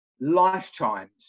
lifetimes